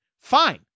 fine